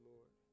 Lord